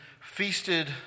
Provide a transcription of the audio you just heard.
feasted